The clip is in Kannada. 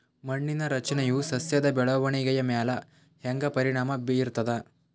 ಮಣ್ಣಿನ ರಚನೆಯು ಸಸ್ಯದ ಬೆಳವಣಿಗೆಯ ಮ್ಯಾಲ ಹ್ಯಾಂಗ ಪರಿಣಾಮ ಬೀರ್ತದ?